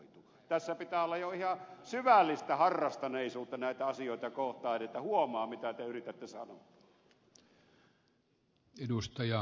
tässä pitää olla jo ihan syvällistä harrastuneisuutta näitä asioita kohtaan että huomaa mitä te yritätte sanoa